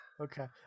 Okay